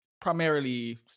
primarily